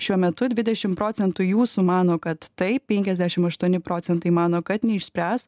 šiuo metu dvidešim procentų jūsų mano kad taip penkiasdešim aštuoni procentai mano kad neišspręs